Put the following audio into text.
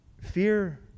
Fear